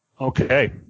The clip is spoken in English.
Okay